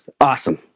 Awesome